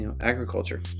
agriculture